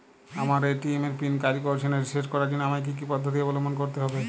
আমার এ.টি.এম এর পিন কাজ করছে না রিসেট করার জন্য আমায় কী কী পদ্ধতি অবলম্বন করতে হবে?